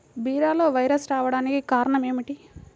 బీరలో వైరస్ రావడానికి కారణం ఏమిటి?